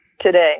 today